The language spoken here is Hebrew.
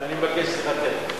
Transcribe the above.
אני מבקש את סליחתך.